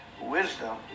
wisdom